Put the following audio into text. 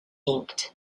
inked